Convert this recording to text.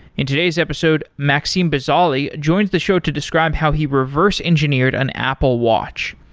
in today's episode, max um bazaliy joins the show to describe how he reverse engineered an apple watch.